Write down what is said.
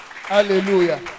Hallelujah